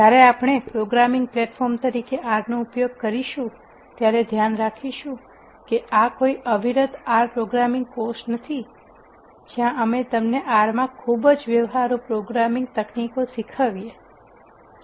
જ્યારે આપણે programming platform તરીકે આરનો ઉપયોગ કરીશું ત્યારે ધ્યાન રાખીશું કે આ કોઈ અવિરત આર પ્રોગ્રામિંગ કોર્સ નથી જ્યાં અમે તમને આરમાં ખૂબ જ વ્યવહારુ પ્રોગ્રામિંગ તકનીકો શીખવીએ છીએ